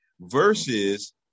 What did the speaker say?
Versus